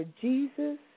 Jesus